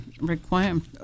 requirement